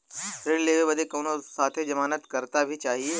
ऋण लेवे बदे कउनो साथे जमानत करता भी चहिए?